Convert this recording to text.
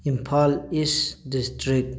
Imphal east district